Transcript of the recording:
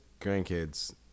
grandkids